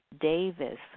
Davis